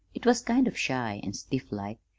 it was kind of shy and stiff-like,